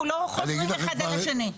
אנחנו לא חוזרים אחד על השני.